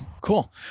cool